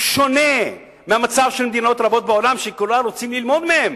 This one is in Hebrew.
הוא שונה מהמצב של מדינות רבות בעולם שכולם רוצים ללמוד מהן.